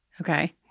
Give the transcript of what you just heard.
Okay